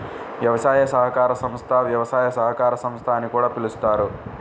వ్యవసాయ సహకార సంస్థ, వ్యవసాయ సహకార సంస్థ అని కూడా పిలుస్తారు